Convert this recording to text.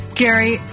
Gary